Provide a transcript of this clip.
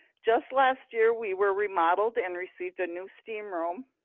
just last year we were remodeled and received a new steam room.